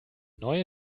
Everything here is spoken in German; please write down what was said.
neue